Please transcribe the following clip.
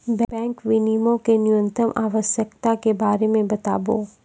bank विनियमो के न्यूनतम आवश्यकता के बारे मे बताबो